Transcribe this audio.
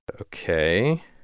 Okay